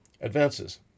Advances